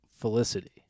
Felicity